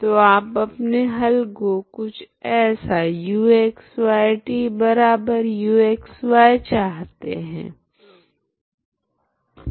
तो आप अपने हल को कुछ ऐसा uxytuxy चाहते है